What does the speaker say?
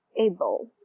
able